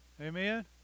Amen